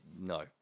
no